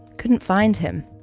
couldn't find him,